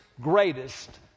greatest